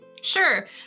Sure